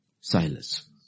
Silas